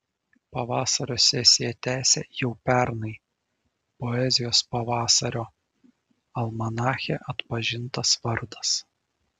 pavasario sesiją tęsia jau pernai poezijos pavasario almanache atpažintas vardas